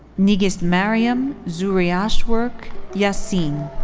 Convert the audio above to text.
nigistmariam zuriashwork yasin.